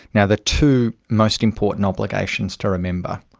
yeah the two most important obligations to remember,